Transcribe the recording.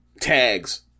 Tags